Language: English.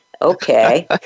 Okay